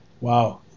Wow